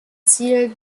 ziel